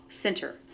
Center